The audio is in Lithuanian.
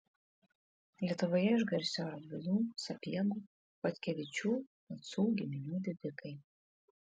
lietuvoje išgarsėjo radvilų sapiegų chodkevičių pacų giminių didikai